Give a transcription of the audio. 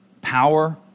power